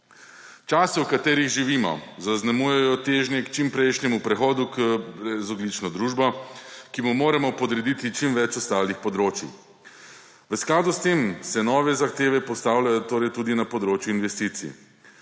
Časi, v katerih živimo, zaznamujejo težnje k čimprejšnjemu prehodu v brezogljično družbo, ki mu moramo podrediti čim več ostalih področij. V skladu s tem se torej nove zahteve postavljajo tudi na področju investicij.